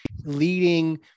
leading